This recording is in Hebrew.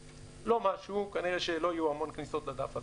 לא משהו, כנראה שלא יהיו המון כניסות לדף הזה.